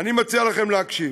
אני מציע לכם להקשיב: